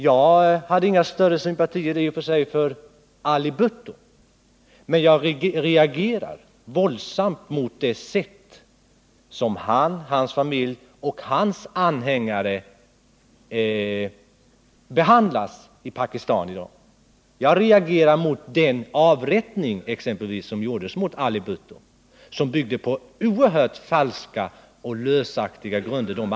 Jag hade i och för sig inte några större sympatier för Ali Bhutto men jag reagerar våldsamt mot det sätt på vilket han, hans familj och hans anhängare behandlades i Pakistan. Jag reagerade mot avrättningen av Ali Bhutto. De anklagelser som riktades mot honom byggde på falska och oerhört lösa grunder.